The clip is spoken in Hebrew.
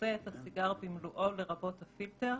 המכסה את הסיגר במלואו לרבות הפילטר,